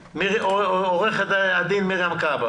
עורכת הדין מרים כהבא.